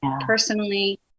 personally